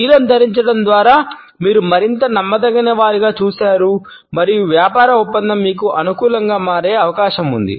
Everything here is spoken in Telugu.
నీలం ధరించడం ద్వారా మీరు మరింత నమ్మదగినదిగా చూశారు మరియు వ్యాపార ఒప్పందం మీకు అనుకూలంగా మారే అవకాశం ఉంది